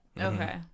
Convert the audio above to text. Okay